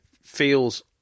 feels